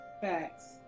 Facts